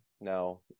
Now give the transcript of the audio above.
no